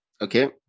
Okay